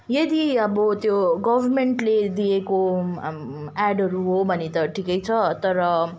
यदि अब त्यो गभर्मेन्टले दिएको एडहरू हो भने त ठिकै छ तर